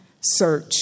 search